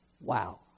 Wow